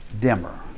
dimmer